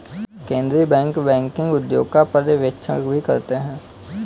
केन्द्रीय bank banking उद्योग का पर्यवेक्षण भी करते हैं